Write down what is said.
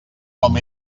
com